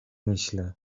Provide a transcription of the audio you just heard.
myślę